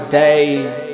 days